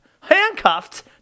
handcuffed